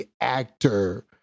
actor